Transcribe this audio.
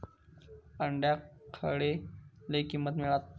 अंड्याक खडे लय किंमत मिळात?